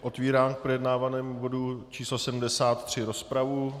Otvírám k projednávanému bodu číslo 73 rozpravu.